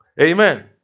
Amen